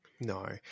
No